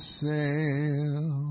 sail